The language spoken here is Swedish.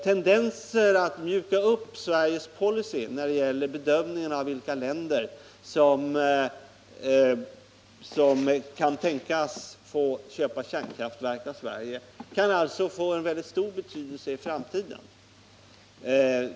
Tendenser att mjuka upp Sveriges policy när det gäller bedömningen av vilka länder som kan tänkas få köpa kärnkraftverk av Sverige kan alltså få en mycket stor betydelse i framtiden.